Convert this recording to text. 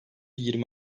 yirmi